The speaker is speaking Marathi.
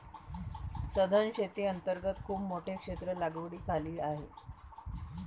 सधन शेती अंतर्गत खूप मोठे क्षेत्र लागवडीखाली आहे